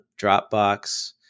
Dropbox